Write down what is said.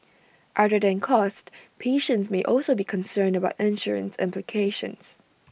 other than cost patients may also be concerned about insurance implications